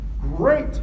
great